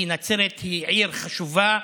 כי נצרת היא עיר חשובה,